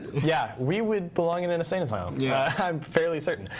yeah. we would belong in an insane asylum. yeah i'm fairly certain.